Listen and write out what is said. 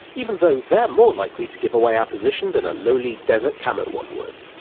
even though they're more likely to give away our position than a lowly desert camo one would.